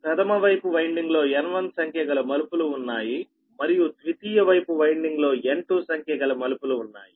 ప్రధమ వైపు వైన్డింగ్ లో N1 సంఖ్య గల మలుపులు ఉన్నాయి మరియు ద్వితీయ వైపు వైన్డింగ్ లో N2 సంఖ్య గల మలుపులు ఉన్నాయి